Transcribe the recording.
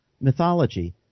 mythology